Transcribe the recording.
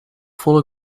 volle